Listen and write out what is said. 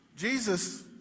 Jesus